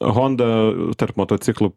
honda tarp motociklų